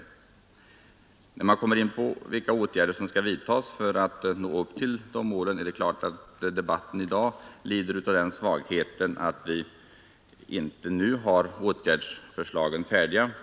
När debatten kommit in på vilka åtgärder som skall vidtagas för att man skall nå det uppsatta målet finner man att det är en svaghet att vi inte har åtgärdsförslagen färdiga.